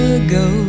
ago